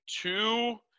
two